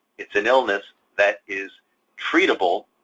it's an illness that is treatable,